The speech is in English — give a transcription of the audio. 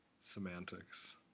Semantics